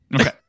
Okay